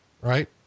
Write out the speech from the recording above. right